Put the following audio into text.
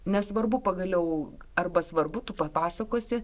nesvarbu pagaliau arba svarbu tu papasakosi